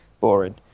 boring